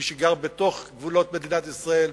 מי שגר בתוך גבולות מדינת ישראל,